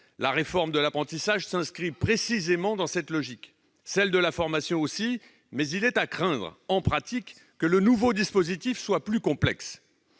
La réforme de l'apprentissage s'inscrit précisément dans cette logique. Il en va de même pour celle de la formation, mais il est à craindre, en pratique, que le nouveau dispositif soit plus complexe.